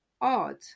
odd